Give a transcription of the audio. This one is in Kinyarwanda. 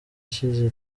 ishize